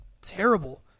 terrible